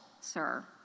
sir